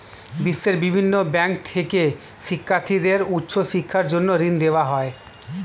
বিশ্বের বিভিন্ন ব্যাংক থেকে শিক্ষার্থীদের উচ্চ শিক্ষার জন্য ঋণ দেওয়া হয়